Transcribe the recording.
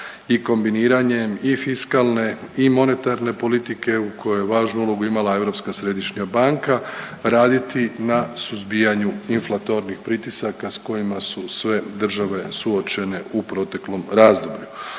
i kombiniranjem i fiskalne i monetarne politike u kojoj je važnu ulogu imala Europska središnja banka raditi na suzbijanju inflatornih pritisaka s kojima su sve države suočene u proteklom razdoblju.